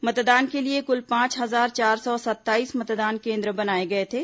मतदान के लिए कुल पांच हजार चार सौ सत्ताईस मतदान केन्द्र बनाए गए थे